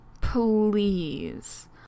Please